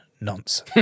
nonsense